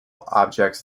objects